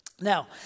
Now